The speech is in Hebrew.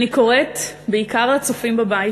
אני קוראת, בעיקר לצופים בבית,